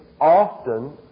often